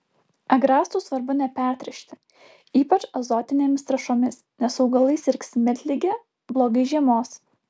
agrastų svarbu nepertręšti ypač azotinėmis trąšomis nes augalai sirgs miltlige blogai žiemos